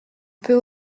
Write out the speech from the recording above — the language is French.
peut